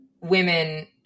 women